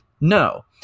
No